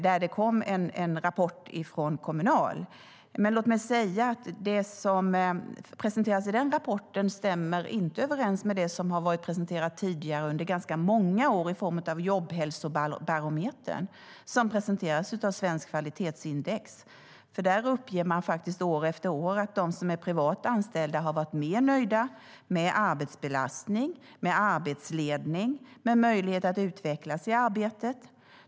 Det har kommit en rapport från Kommunal. Det som presenteras i den rapporten stämmer inte överens med det som under ganska många år har presenterats i form av Jobbhälsobarometern från Svenskt Kvalitetsindex. År efter år uppges där att privat anställda är mer nöjda med arbetsbelastning, arbetsledning och möjlighet att utvecklas i arbetet.